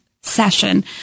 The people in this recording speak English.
session